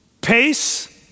Pace